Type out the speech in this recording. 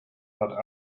but